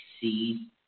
see